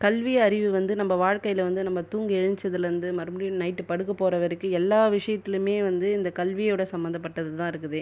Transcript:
கல்வி அறிவு வந்து நம்ம வாழ்க்கையில் வந்து நம்ம தூங்கி எழுஞ்சதுலருந்து மறுபடியும் நைட்டு படுக்க போகுற வரைக்கும் எல்லா விஷயத்திலுமே வந்து இந்த கல்வியோட சமந்தப்பட்டது தான் இருக்குதே